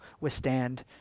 withstand